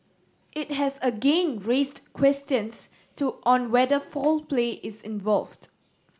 it has again raised questions to on whether foul play is involved